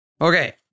Okay